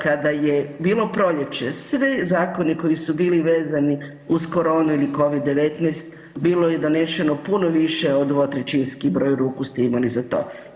Kada je bilo proljeće svi zakoni koji su bili vezani uz koronu ili Covid-19 bilo je donešeno puno više od 2/3 broj ruku ste imali za to.